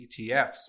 ETFs